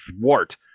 thwart